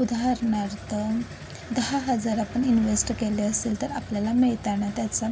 उदाहरणार्थ दहा हजार आपण इन्व्हेस्ट केले असेल तर आपल्याला मिळताना त्याचा